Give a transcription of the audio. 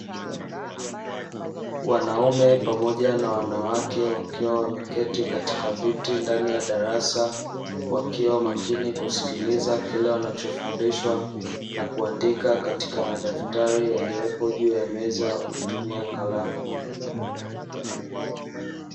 Wanaume pamoja na wanawake wakiwa wameketi katika viti ndani ya darasa, wakiwa mqkini kusikiliza kile wanachofundishwa na kuandika katika madaftari yaliyopo juu ya meza wakitumia kalamu.